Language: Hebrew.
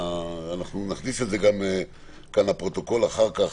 ואנחנו נכניס את זה כאן לפרוטוקול אחר כך,